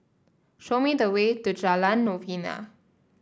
show me the way to Jalan Novena